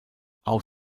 auch